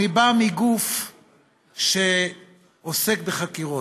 אני בא מגוף שעוסק בחקירות,